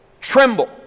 tremble